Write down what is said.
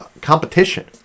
competition